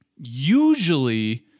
usually